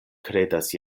kredas